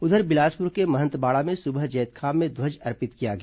उधर बिलासपुर के महंत बाड़ा में सुबह जैतखाम में ध्वज अर्पित किया गया